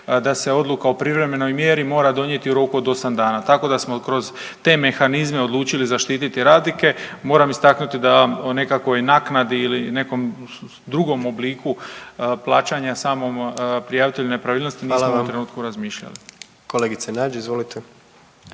da se odluka o privremenoj mjera mora donijeti u roku od osam dana tako da smo kroz te mehanizme odlučili zaštititi radnike. Moram istaknuti da o nekakvoj naknadi ili nekom drugom obliku plaćanja samom prijavitelju nepravilnosti nismo u ovom trenutku razmišljali. **Jandroković, Gordan